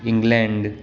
England